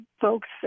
folks